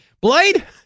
Blade